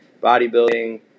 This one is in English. bodybuilding